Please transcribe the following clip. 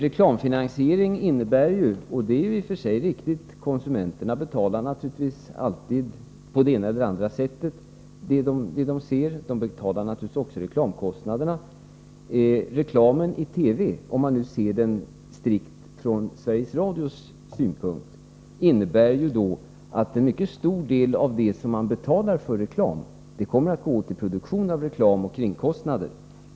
Det är i och för sig riktigt att konsumenterna alltid betalar på det ena eller andra sättet vad de ser, och de betalar naturligtvis också reklamkostnaderna. Reklamen i TV — om man ser den strikt från Sveriges Rådios synpunkt — innebär ju då att en mycket stor del av det som man betalar för reklam kommer att gå åt till produktion av reklam och kringkostnader.